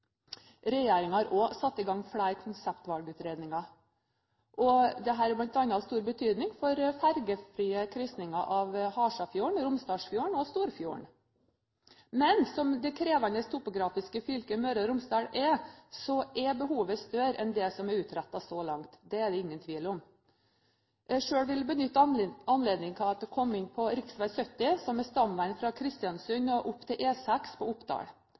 har også satt i gang flere konseptvalgutredninger, som bl.a. er av stor betydning for fergefrie kryssinger av Halsafjorden, Romsdalsfjorden og Storfjorden. Men som det krevende topografiske fylket Møre og Romsdal er, er behovet større enn det som er utrettet så langt. Det er det ingen tvil om. Selv vil jeg benytte anledningen til å komme inn på rv. 70, som er stamveien fra Kristiansund og opp til E6 på Oppdal.